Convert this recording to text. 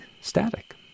static